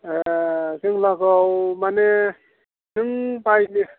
ए जों लागोआव माने नों बायनो